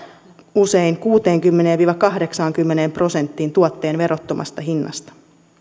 usein kuuteenkymmeneen viiva kahdeksaankymmeneen prosenttiin tuotteen verottomasta hinnasta